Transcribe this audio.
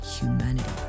humanity